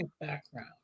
background